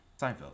seinfeld